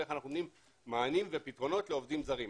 ואיך אנחנו נותנים מענים ופתרונות לעובדים זרים.